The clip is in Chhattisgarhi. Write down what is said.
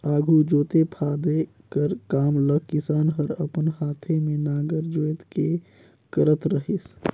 आघु जोते फादे कर काम ल किसान हर अपन हाथे मे नांगर जोएत के करत रहिस